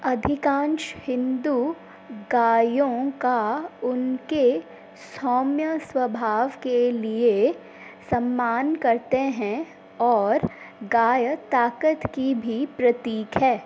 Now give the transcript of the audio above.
अधिकांश हिन्दू गायों का उनके सौम्य स्वभाव के लिए सम्मान करते हैं और गाय ताकत की भी प्रतीक है